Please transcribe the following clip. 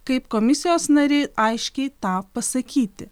kaip komisijos nariai aiškiai tą pasakyti